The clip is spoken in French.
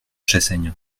chassaigne